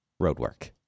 roadwork